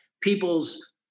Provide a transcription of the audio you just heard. people's